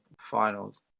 finals